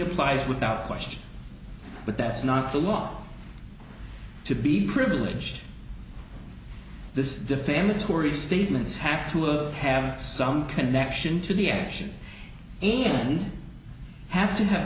applies without question but that's not the law to be privileged the defamatory statements have to have some connection to the action in have to have